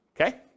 okay